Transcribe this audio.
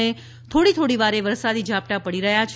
અને થોડી થોડી વારે વરસાદ ઝાપટાં પડી રહ્યાં છે